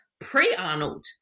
pre-Arnold